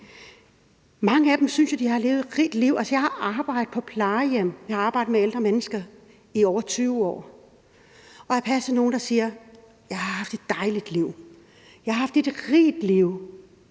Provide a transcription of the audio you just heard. Mange af dem synes jo, de har levet et rigt liv. Jeg har arbejdet på plejehjem – jeg har arbejdet med ældre mennesker i over 20 år – og jeg har passet nogle, der har sagt: Jeg har haft et dejligt liv, jeg har haft et rigt liv,